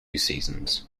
seasons